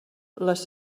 les